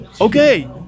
Okay